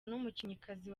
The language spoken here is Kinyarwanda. n’umukinnyikazi